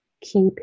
keep